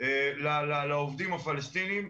לעובדים הפלסטינים.